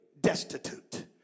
destitute